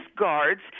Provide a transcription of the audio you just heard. guards